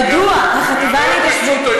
מדוע החטיבה להתיישבות,